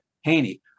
Haney